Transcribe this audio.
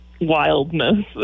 wildness